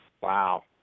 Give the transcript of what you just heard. Wow